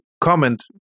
comment